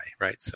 right